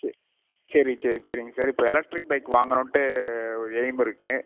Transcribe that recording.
சே சரி சரி சரிங்க சரி இப்போ எலக்ட்ரிக் பைக் வாங்கணும்ன்ட்டு ஒரு எய்ம் இருக்கு